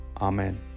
Amen